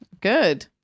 Good